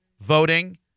voting